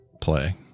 play